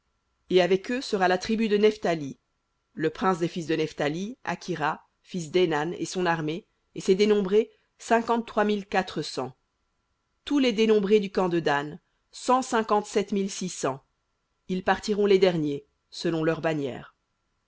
et sera la tribu de nephthali le prince des fils de nephthali akhira fils dénan et son armée et ses dénombrés cinquante-trois mille quatre cents tous les dénombrés du camp de dan cent cinquante-sept mille six cents ils partiront les derniers selon leurs bannières